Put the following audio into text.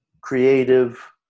creative